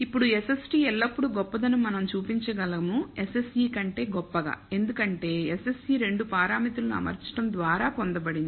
ఇప్పుడు SST ఎల్లప్పుడూ గొప్పదని మనం చూపించగలము SSE కంటే గొప్పగా ఎందుకంటే SSE రెండు పారామితులు అమర్చడం ద్వారా పొందబడింది